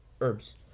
herbs